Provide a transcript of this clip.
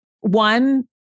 one